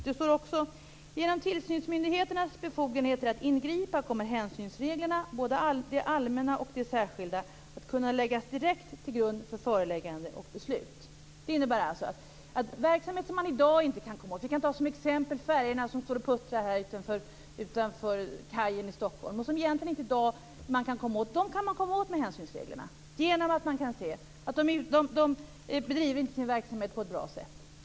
Det står vidare: Genom tillsynsmyndigheternas befogenheter att ingripa kommer hänsynsreglerna, både de allmänna och de särskilda, att kunna läggas direkt till grund för föreläggande och beslut. Det innebär alltså verksamhet som man i dag inte kan komma åt, t.ex. färjorna som står och puttrar vid kajerna i Stockholm, och som man i dag egentligen inte kan komma åt, kan man komma åt med hänsynsreglerna genom att verksamheten inte bedrivs på ett bra sätt.